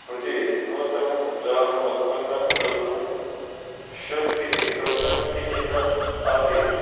प्रति नूतनम् उत्साहम् उत्पन्नं कर्तुं शक्तिः अथवा आसक्तिः न आसीत्